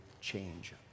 change